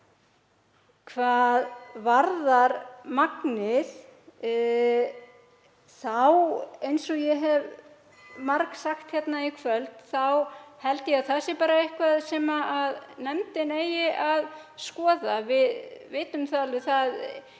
Hvað varðar magnið, eins og ég hef margsagt hér í kvöld, held ég að það sé bara eitthvað sem nefndin eigi að skoða. Það er þekkt að